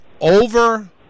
over